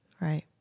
right